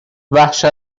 وحشت